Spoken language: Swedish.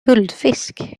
guldfisk